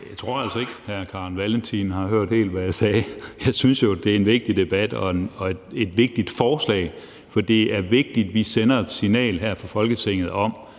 Jeg tror altså ikke, hr. Carl Valentin helt har hørt, hvad jeg sagde. Jeg synes jo, det er en vigtig debat og et vigtigt forslag, for det er vigtigt, at vi sender et signal her fra Folketinget om,